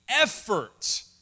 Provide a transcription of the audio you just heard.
effort